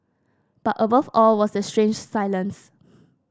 but above all was the strange silence